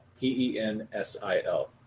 P-E-N-S-I-L